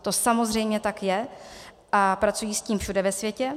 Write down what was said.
To samozřejmě tak je a pracují s tím všude ve světě.